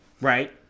right